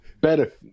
better